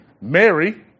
Mary